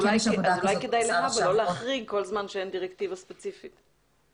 אולי לא כדאי להבא לא להחריג כל זמן שאין לו את הדירקטיבה ספציפית שלו.